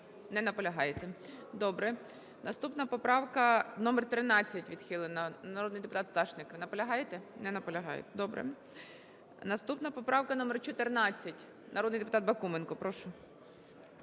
Не наполягаєте. Добре. Наступна поправка - номер 13. Відхилена. Народний депутат Пташник, ви наполягаєте? Не наполягає. Добре. Наступна поправка - номер 14. Народний депутат Бакуменко, прошу.